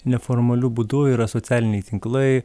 neformaliu būdu yra socialiniai tinklai